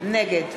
נגד